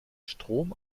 strom